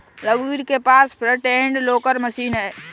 रघुवीर के पास फ्रंट एंड लोडर मशीन है